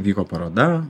vyko paroda